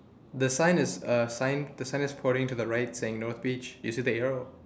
the sign is a sign the sign is pointing to the right saying north beach you see the arrow